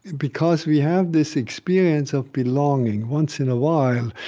because we have this experience of belonging, once in a while,